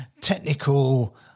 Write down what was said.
technical